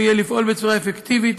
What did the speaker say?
יהיה עלינו לפעול בצורה אפקטיבית,